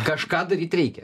kažką daryt reikia